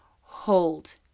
Hold